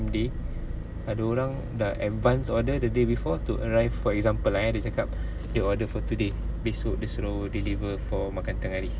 day ada orang dah advance order the day before to arrive for example eh dia cakap you order for today esok dia suruh deliver for makan tengah hari